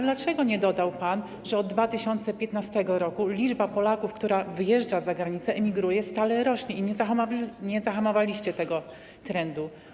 Dlaczego nie dodał pan, że od 2015 r. liczba Polaków, która wyjeżdża za granicę, emigruje, stale rośnie, i nie zahamowaliście tego trendu?